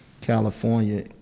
California